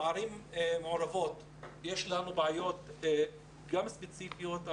בערים מעורבות יש לנו בעיות גם ספציפיות.